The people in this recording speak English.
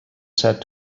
said